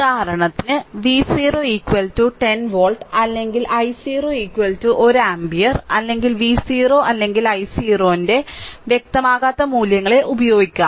ഉദാഹരണത്തിന് V0 10 volt അല്ലെങ്കിൽ i0 1 ampere അല്ലെങ്കിൽ V0 അല്ലെങ്കിൽ i0 ന്റെ വ്യക്തമാക്കാത്ത മൂല്യങ്ങൾ ഉപയോഗിക്കാം